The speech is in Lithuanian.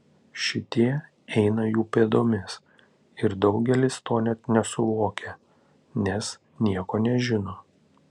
šitie eina jų pėdomis ir daugelis to net nesuvokia nes nieko nežino